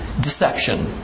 deception